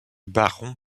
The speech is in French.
baron